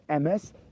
ms